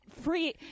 Free